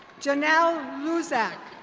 janelle loozeck.